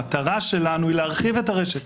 המטרה שלנו היא להרחיב את הרשת,